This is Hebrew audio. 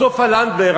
אז סופה לנדבר,